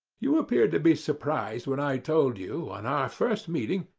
you appeared to be surprised when i told you, on our first meeting,